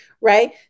right